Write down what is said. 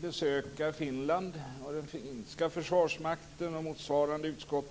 besöka Finland, den finska försvarsmakten och motsvarande utskott.